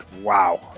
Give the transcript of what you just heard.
Wow